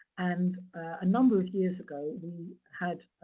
and a number of years ago, we had